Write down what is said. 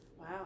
Wow